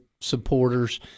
supporters